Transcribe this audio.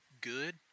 good